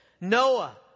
Noah